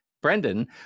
Brendan